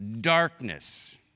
darkness